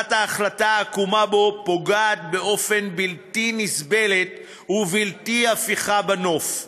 שקבלת החלטה עקומה בו פוגעת באופן בלתי נסבל ובלתי הפיך בנוף,